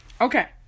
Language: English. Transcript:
Okay